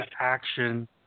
action –